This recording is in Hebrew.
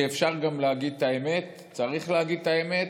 שאפשר גם להגיד את האמת, צריך להגיד את האמת,